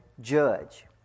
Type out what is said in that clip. judge